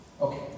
Okay